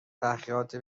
تحقیقات